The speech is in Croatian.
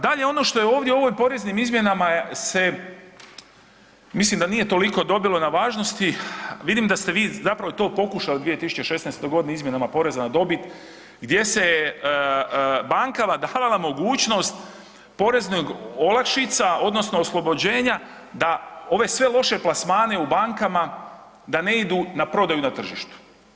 Dalje, ono što je ovdje u poreznim izmjenama se, mislim da nije toliko dobilo na važnosti, vidim da ste vi to zapravo pokušali 2016. godine izmjenom poreza na dobit gdje se je bankama davala mogućnost poreznih olakšica odnosno oslobođenja da ove sve loše plasmane u bankama da ne idu na prodaju na tržištu.